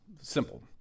simple